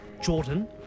Jordan